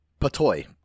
Patoy